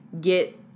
get